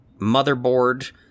Motherboard